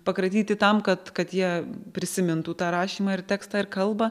pakratyti tam kad kad jie prisimintų tą rašymą ir tekstą ir kalbą